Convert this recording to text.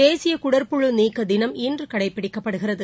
தேசியகுடற்புழு நீக்கதினம் இன்றுகடைபிடிக்கப்படுகிறது